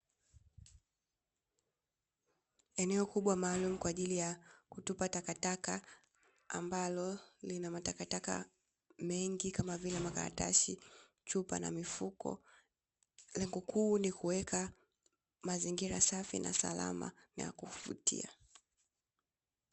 Eneo kubwa maalumu kwa ajili ya kutupa takataka ambalo lina matakataka mengi kama vile makaratasi, chupa na mifuko, lengo kuu ni kuweka mazingira safi na salama na ya kuvutia.